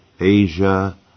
Asia